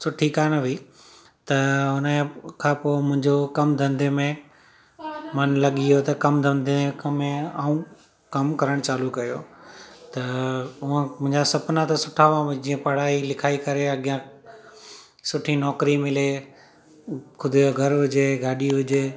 सुठी कोन हुई त हुन खां पोइ मुंहिंजो कम धंधे में मनु लॻी वियो त कम धंधे में ऐं कमु करणु चालू कयो त उहा मुंहिंजा सुपिना त सुठा हुआ भई जीअं पढ़ाई लिखाई करे अॻियां सुठी नौकिरी मिले ख़ुदि जो घरु हुजे गाॾी हुजे